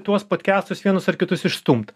tuos podkestus vienus ar kitus išstumt